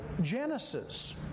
Genesis